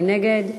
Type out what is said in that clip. מי נגד?